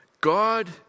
God